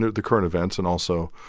the current events. and, also,